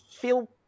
feel